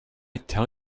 tell